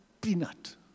peanut